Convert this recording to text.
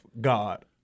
God